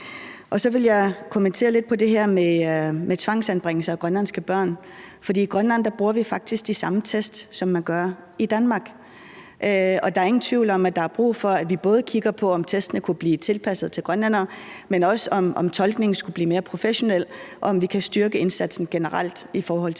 jeg kommentere lidt på det her med tvangsanbringelser af grønlandske børn. For i Grønland bruger vi faktisk de samme test, som man gør i Danmark. Og der er ingen tvivl om, at der er brug for, at vi både kigger på, om testene kunne blive tilpasset til grønlændere, men også på, om tolkningen skulle blive mere professionel, og om vi kan styrke indsatsen generelt i forhold til